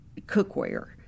cookware